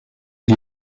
die